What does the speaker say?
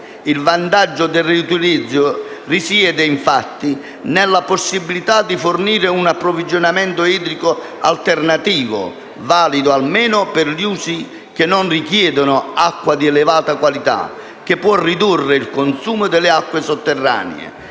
Il vantaggio del riutilizzo risiede, infatti, nella possibilità di fornire un approvvigionamento idrico alternativo, valido almeno per gli usi che non richiedono acqua di elevata qualità, che può ridurre il consumo delle acque sotterranee.